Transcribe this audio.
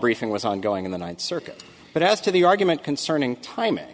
briefing was ongoing in the ninth circuit but as to the argument concerning timing